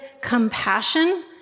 compassion